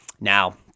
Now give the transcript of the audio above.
Now